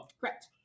correct